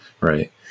right